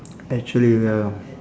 actually ya